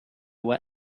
what